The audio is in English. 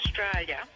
Australia